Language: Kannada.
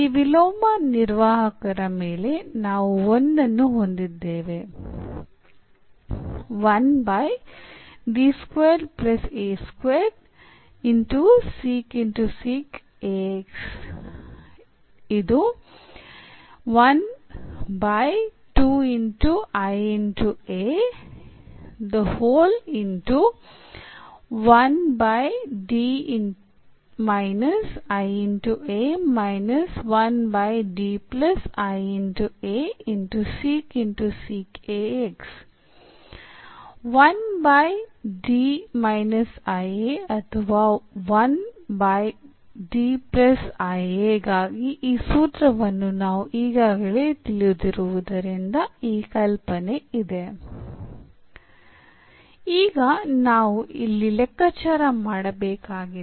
ಈ ವಿಲೋಮ ನಿರ್ವಾಹಕರ ಮೇಲೆ ನಾವು ಒಂದನ್ನು ಹೊಂದಿದ್ದೇವೆ ಅಥವಾ ಗಾಗಿ ಈ ಸೂತ್ರವನ್ನು ನಾವು ಈಗಾಗಲೇ ತಿಳಿದಿರುವುದರಿಂದ ಈ ಕಲ್ಪನೆ ಇದೆ ಈಗ ನಾವು ಇಲ್ಲಿ ಲೆಕ್ಕಾಚಾರ ಮಾಡಬೇಕಾಗಿದೆ